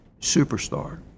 superstar